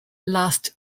last